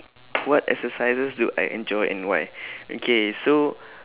what exercises do I enjoy and why okay so